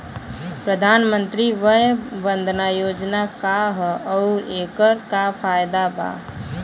प्रधानमंत्री वय वन्दना योजना का ह आउर एकर का फायदा बा?